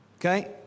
Okay